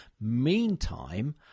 Meantime